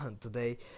today